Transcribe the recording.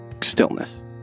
stillness